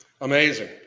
Amazing